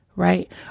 Right